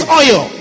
oil